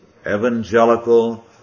evangelical